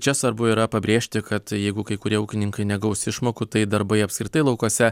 čia svarbu yra pabrėžti kad jeigu kai kurie ūkininkai negaus išmokų tai darbai apskritai laukuose